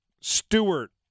Stewart